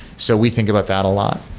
so we think about that a lot.